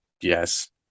yes